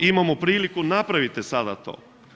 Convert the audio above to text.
Imamo priliku, napravite sada to.